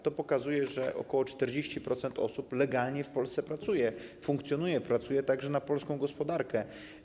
To pokazuje, że ok. 40% osób legalnie w Polsce pracuje, funkcjonuje, pracuje także na polską gospodarkę.